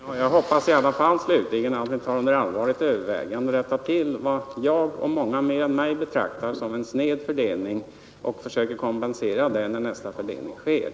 Herr talman! Jag hoppas i alla fall slutligen att statsrådet tar under allvarligt övervägande att rätta till vad jag och många med mig betraktar som en sned fördelning och även försöker kompensera denna när nästa